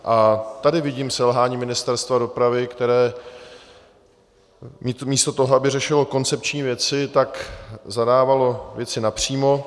A tady vidím selhání Ministerstva dopravy, které místo toho, aby řešilo koncepční věci, tak zadávalo věci napřímo.